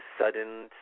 sudden